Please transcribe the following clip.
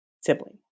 sibling